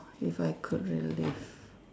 if I could relive